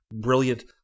brilliant